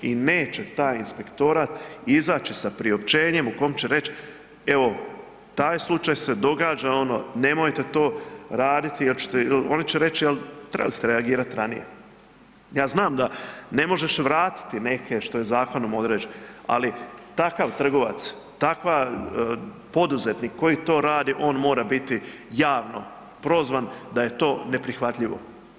I neće taj inspektorat izaći sa priopćenjem u kome će reć evo taj slučaj se događa, ono nemojte to raditi, oni će reć trebali ste reagirat ranije. a znam da ne možeš vratiti neke, što je zakonom određeno, ali takav trgovac, takav poduzetnik koji to radi on mora biti javno prozvan da je to neprihvatljivo.